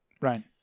Right